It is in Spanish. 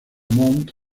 mount